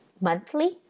monthly